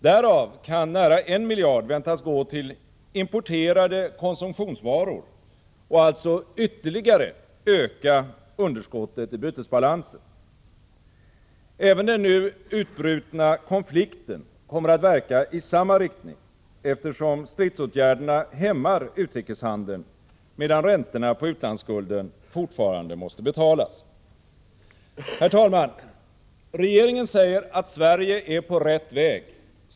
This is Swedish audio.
Därav kan nära 1 miljard väntas gå till importerade konsumtionsvaror och alltså ytterligare öka underskottet i bytesbalansen. Även den nu utbrutna konflikten kommer att verka i samma riktning, eftersom stridsåtgärderna hämmar utrikeshandeln, medan räntorna på utlandsskulden fortfarande måste betalas. Herr talman! Regeringen säger att Sverige är på rätt väg.